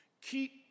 Keep